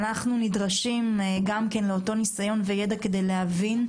ואנחנו נדרשים לניסיון ולידע שלך כדי להבין,